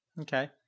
Okay